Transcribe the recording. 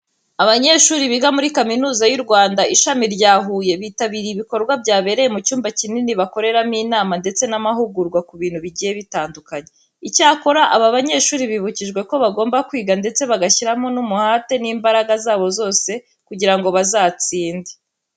Abanyeshuri biga muri Kaminuza y'u Rwanda, ishami rya Huye bitabiriye ibikorwa byabereye mu cyumba kinini bakoreramo inama ndetse n'amahugurwa ku bintu bigiye bitandukanye. Icyakora aba banyeshuri bibukijwe ko bagomba kwiga ndetse bagashyiramo n'umuhate n'imbaraga zabo zose kugira ngo bazatsinde.